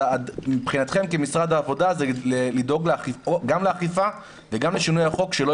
מבחינתכם כמשרד העבודה לדאוג גם לאכיפה וגם לשינוי החוק שלא